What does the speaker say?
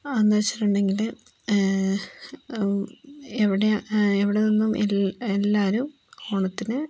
എന്നു വച്ചിട്ടുണ്ടെങ്കിൽ എവിടെയാണ് ഇവിടെ നിന്നും എല്ലാവരും ഓണത്തിന്